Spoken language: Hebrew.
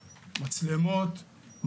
מצלמות,